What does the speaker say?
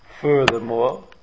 Furthermore